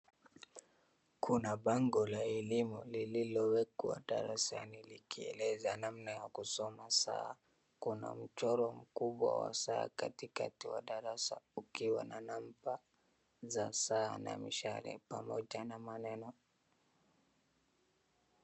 Kuna bango la elimu lililowekwa darasani likieleza namna ya kusoma saa, kuna mchoro mkubwa wa saa katikati wa darasa ukiwa na namba za saa na mishale pamoja na maneno.